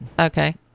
Okay